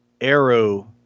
arrow